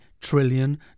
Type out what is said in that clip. trillion